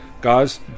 guys